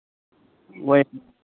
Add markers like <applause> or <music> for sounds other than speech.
<unintelligible>